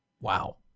Wow